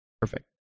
Perfect